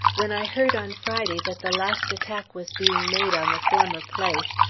when i heard on friday that the last attack was being made on the former place,